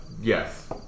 yes